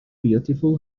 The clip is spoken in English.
beautiful